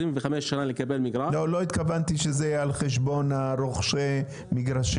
שנה כדי לקבל מגרש --- לא התכוונתי שזה יהיה על חשבון רוכשי המגרשים.